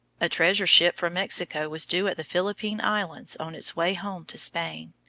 a treasure-ship from mexico was due at the philippine islands on its way home to spain.